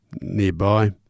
nearby